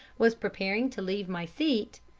was preparing to leave my seat,